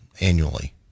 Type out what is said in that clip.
annually